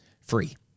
free